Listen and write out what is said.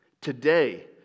Today